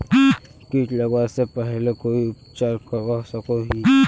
किट लगवा से पहले कोई उपचार करवा सकोहो ही?